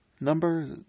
number